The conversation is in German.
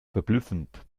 verblüffend